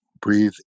Breathe